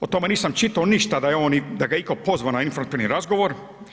O tome nisam čitao ništa da ga je itko pozvao na informativni razgovor.